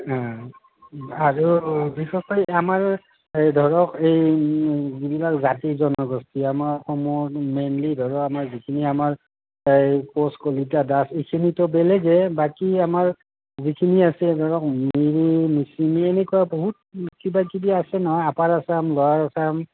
আৰু যিসকল আমাৰ এই ধৰক এই যিবিলাক জাতি জনগোষ্ঠী আমাৰ অসমৰ মেইনলি ধৰক আমাৰ যিখিনি আমাৰ এই কোচ কলিতা দাস এইখিনিতো বেলেগেই বাকী আমাৰ যিখিনি আছে ধৰক মিৰি মিচিমি এনেকুৱা বহুত কিবাকিবি আছে নহয় আপাৰ আচাম ল'ৱাৰ আচাম